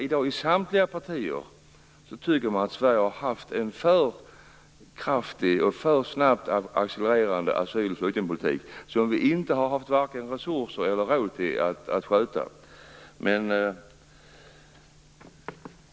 Inom samtliga partier tycker man i dag att Sverige har haft en för kraftig och för snabbt accelererande asyl och flyktingpolitik som vi inte har haft resurser till att sköta.